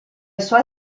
suoi